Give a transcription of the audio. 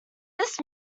this